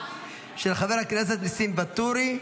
של חבר הכנסת ניסים ואטורי.